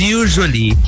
usually